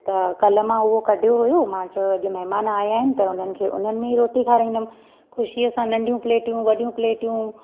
त कल्ह मां उहो कढियो हुयो मां चओ अॼु महिमान आया आहिनि त हुननि खे हुननि में ई रोटी खाराईंदमि ख़ुशीअ सां नंढियूं प्लेटियूं वॾियूं प्लेटियूं